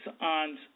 on